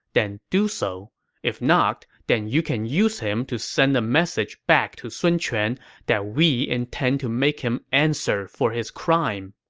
then do so if not, then you can use him to send a message back to sun quan that we intend to make him answer for his crime.